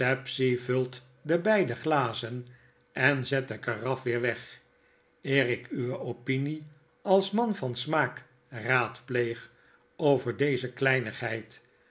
vult de beide glazen en zet de karaf weer weg eerikuwe opinie als man van smaak raadpleeg over deze kleinigheid